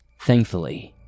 Thankfully